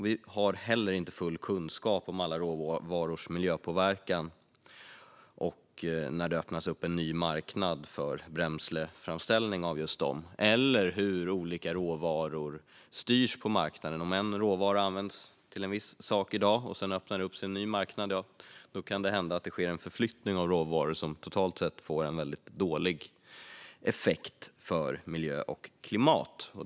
Vi har inte heller full kunskap om alla råvarors miljöpåverkan när det öppnas en ny marknad för bränsleframställning eller hur olika råvaror styrs på marknaden. Om en råvara används till en viss sak i dag och det sedan öppnas en ny marknad kan det hända att det sker en förflyttning av råvaror, vilket totalt sett ger en väldigt dålig effekt för miljö och klimat.